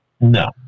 No